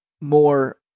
more